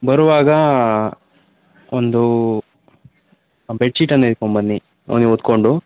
ಬರುವಾಗ ಒಂದು ಬೆಡ್ಶೀಟನ್ನು ಹಿಡ್ಕೊಂಡು ಬನ್ನಿ ಅವ್ನಿಗೆ ಹೊದ್ದುಕೊಂಡು